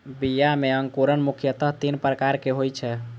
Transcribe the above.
बीया मे अंकुरण मुख्यतः तीन प्रकारक होइ छै